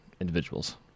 individuals